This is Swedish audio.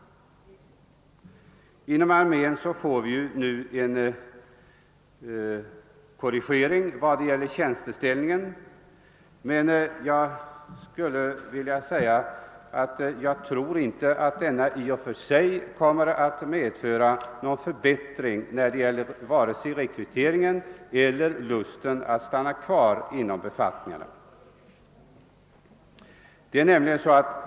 Inom armén blir det en korrigering vad gäller tjänsteställningen, men jag tror inte att detta i och för sig kommer att medföra någon förbättring vare sig när det gäller rekryteringen eller lusten att stanna kvar i försvaret.